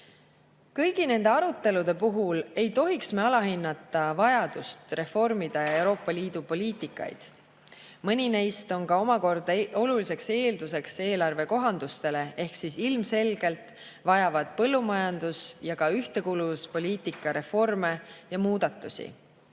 Kõigi nende arutelude puhul ei tohiks me alahinnata vajadust reformida Euroopa Liidu poliitika eri valdkondi. Mõni neist on omakorda oluliseks eelduseks eelarvekohandustele. Ehk siis ilmselgelt vajavad põllumajandus- ja ka ühtekuuluvuspoliitika reforme ja muudatusi.